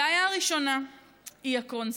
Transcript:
בעיה ראשונה היא הקונספט.